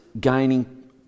gaining